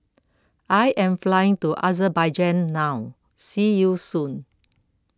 I am flying to Azerbaijan now see you soon